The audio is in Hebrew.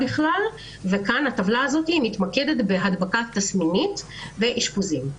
והטבלה הזאת מתמקדת בהדבקה תסמינית ואשפוזים,